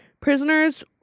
Prisoners